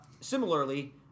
similarly